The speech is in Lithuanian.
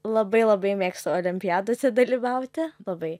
labai labai mėgstu olimpiadose dalyvauti labai